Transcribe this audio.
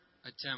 attempt